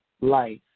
life